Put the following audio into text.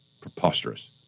Preposterous